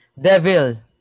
devil